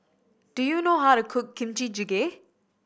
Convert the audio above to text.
do you know how to cook Kimchi Jjigae